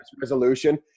resolution